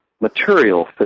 material